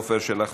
עפר שלח,